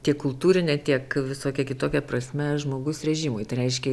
tiek kultūrine tiek visokia kitokia prasme žmogus režimui tai reiškia